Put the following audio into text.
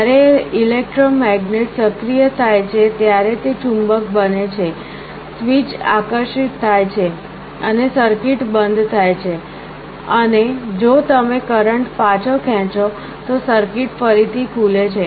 જ્યારે ઇલેક્ટ્રોમેગ્નેટ સક્રિય થાય છે ત્યારે તે ચુંબક બને છે સ્વીચ આકર્ષિત થાય છે અને સર્કિટ બંધ થાય છે અને જો તમે કરંટ પાછો ખેંચો તો સર્કિટ ફરીથી ખુલે છે